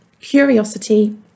curiosity